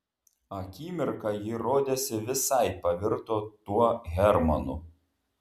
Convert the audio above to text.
akimirką ji rodėsi visai pavirto tuo hermanu